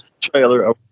Trailer